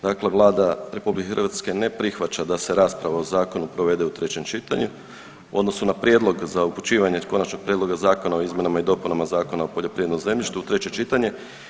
Dakle, Vlada RH ne prihvaća da se rasprava o Zakonu provede u trećem čitanju odnosno na prijedlog za upućivanje Konačnog prijedlog Zakona o izmjenama i dopunama Zakona o poljoprivrednom zemljištu u treće čitanje.